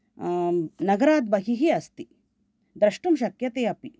नगराद्बहिः अस्ति द्रष्टुं शक्यते अपि